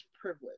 privilege